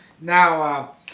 Now